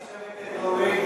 אל תשווק את נורבגיה,